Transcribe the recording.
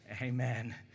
amen